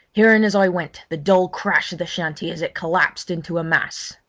hearing as i went the dull crash of the shanty as it collapsed into a mass.